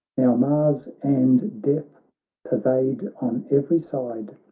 now mars and death pervade on every side,